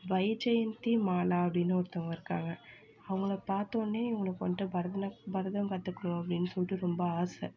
வைஜெயந்தி மாலா அப்படின்னு ஒருந்தவங்க இருக்காங்க அவங்கள பார்த்தோன்னே இவங்களுக்கு வந்துட்டு பரதநாட் பரதம் கத்துக்கணும் அப்படின்னு சொல்லிட்டு ரொம்ப ஆசை